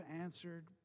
answered